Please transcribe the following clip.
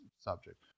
subject